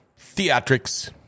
theatrics